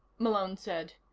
malone said.